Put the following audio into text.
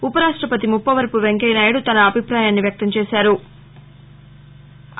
ఉపరాష్టపతి ముప్పవరపు వెంకయ్య నాయుడు తన అభిప్రాయాన్ని వ్యక్తం చేశారు